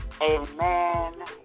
Amen